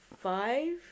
five